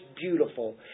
beautiful